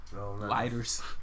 Lighters